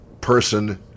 person